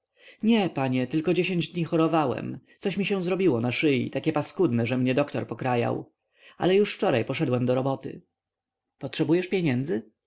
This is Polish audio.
czy co nie panie tylko dziesięć dni chorowałem coś mi się zrobiło na szyi takie paskudne że mnie doktór pokrajał ale już wczoraj poszedłem do roboty potrzebujesz pieniędzy